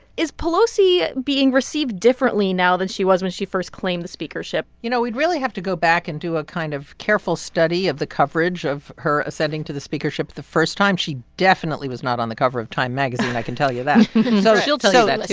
is pelosi being received differently now than she was when she first claimed the speakership? you know, we'd really have to go back and do a kind of careful study of the coverage of her ascending to the speakership the first time. she definitely was not on the cover of time magazine, i can tell you that so she'll tell you that, too